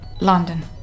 London